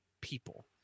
people